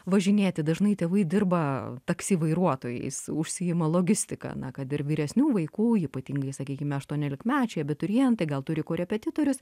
važinėti dažnai tėvai dirba taksi vairuotojais užsiima logistika na kad ir vyresnių vaikų ypatingai sakykime aštuoniolikmečiai abiturientai gal turi korepetitorius